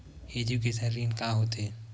Education ऋण का होथे?